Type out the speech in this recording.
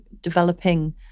developing